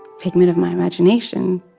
figment of my imagination.